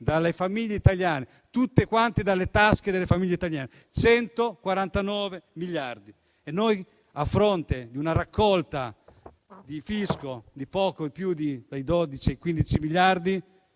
dalle famiglie italiane, tutti quanti dalle tasche delle famiglie italiane: 149 miliardi. E noi, a fronte di una raccolta del fisco che va da poco più di 12 a 15 miliardi,